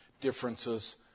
differences